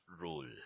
rule